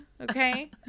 Okay